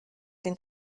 den